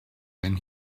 then